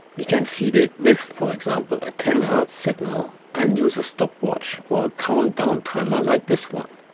we can feed it with, for example, a ten hz signal and use a stop watch or a count down timer like this one.